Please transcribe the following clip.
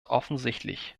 offensichtlich